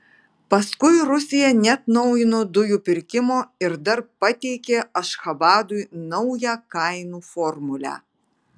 paskui rusija neatnaujino dujų pirkimo ir dar pateikė ašchabadui naują kainų formulę